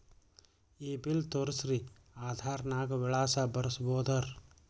ಈ ಬಿಲ್ ತೋಸ್ರಿ ಆಧಾರ ನಾಗ ವಿಳಾಸ ಬರಸಬೋದರ?